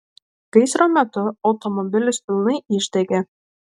gaisro metu automobilis pilnai išdegė